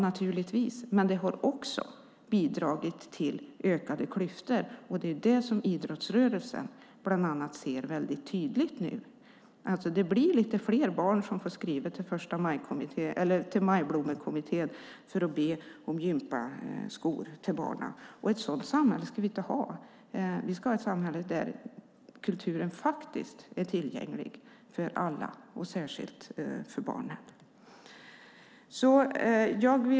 Naturligtvis är det så. Men den har också bidragit till ökade klyftor. Det är det som bland annat idrottsrörelsen ser tydligt nu. Det blir lite fler föräldrar som får skriva till Majblomman för att be om gympaskor till barnen. Ett sådant samhälle ska vi inte ha. Vi ska ha ett samhälle där kulturen faktiskt är tillgänglig för alla och särskilt för barnen.